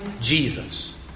Jesus